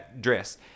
Dress